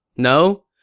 no?